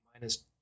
minus